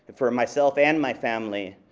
for myself and my family.